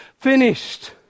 finished